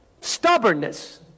stubbornness